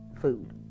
food